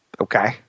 Okay